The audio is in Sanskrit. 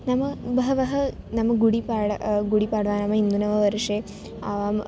नाम बहवः नाम गुडि पाड गुडि पाडवा नाम हिन्दुनववर्षे आं